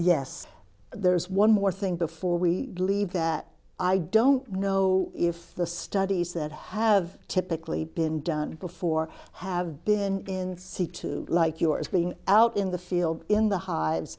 yes there's one more thing before we leave that i don't know if the studies that have typically been done before have been in c two like yours going out in the field in the hi